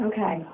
Okay